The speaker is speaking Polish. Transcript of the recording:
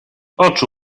oczy